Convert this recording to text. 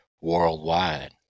worldwide